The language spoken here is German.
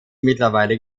mittlerweile